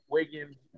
Wiggins